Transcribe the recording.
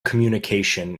communication